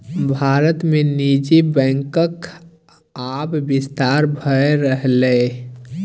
भारत मे निजी बैंकक आब बिस्तार भए रहलैए